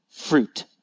fruit